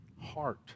heart